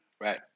Right